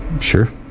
sure